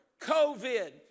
COVID